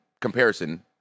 comparison